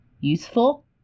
useful